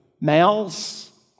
males